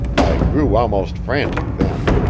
i grew almost frantic then.